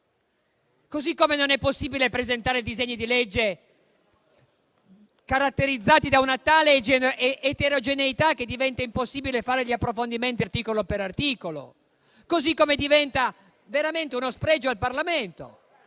Così come non è possibile presentare disegni di legge caratterizzati da una eterogeneità tale che diventa impossibile fare gli approfondimenti articolo per articolo. Allo stesso modo, diventa veramente uno sfregio al Parlamento